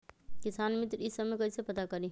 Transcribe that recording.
किसान मित्र ई सब मे कईसे पता करी?